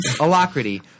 Alacrity